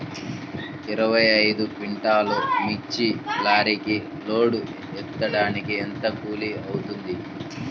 ఇరవై ఐదు క్వింటాల్లు మిర్చి లారీకి లోడ్ ఎత్తడానికి ఎంత కూలి అవుతుంది?